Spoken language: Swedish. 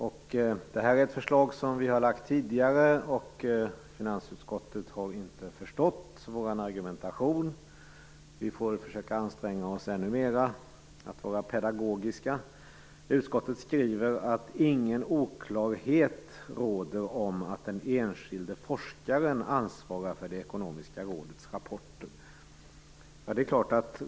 Vi har lagt fram detta förslag tidigare, men finansutskottet har inte förstått vår argumentation. Vi får försöka anstränga oss ännu mer för att vara pedagogiska. Utskottet skriver att ingen oklarhet råder om att den enskilde forskaren ansvarar för Ekonomiska rådets rapporter.